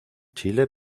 chile